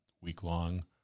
week-long